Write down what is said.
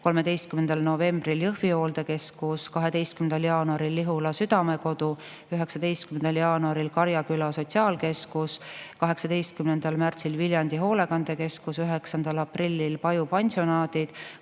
13. novembril Jõhvi Hooldekeskus, 12. jaanuaril Lihula Südamekodu, 19. jaanuaril Karjaküla Sotsiaalkeskus, 18. märtsil Viljandi Hoolekandekeskus, 9. aprillil Paju Pansionaadid,